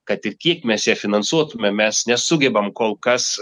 kad ir kiek mes ją finansuotume mes nesugebam kol kas